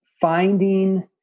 finding